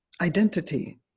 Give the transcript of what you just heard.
identity